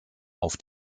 auf